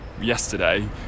yesterday